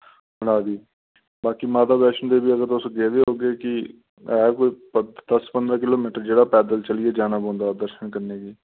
बनांदी बाकि माता वैश्णो देवी अगर तुस गेदे होगे कि ऐ कोई दस पंदरां किलोमीटर जेह्ड़ा पैद्दल चलियै जाना पौंदा दर्शन करने गी